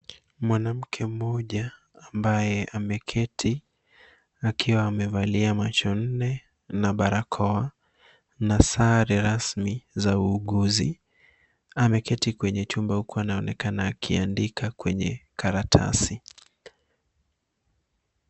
Mwanamke mmoja ambaye ameketi akiwa amevalia macho nne na barakoa na sare rasmi za uuguzi. Ameketi kwenye chumba huku anaonekana akiandika kwenye karatasi.